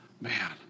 Man